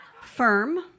Firm